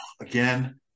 again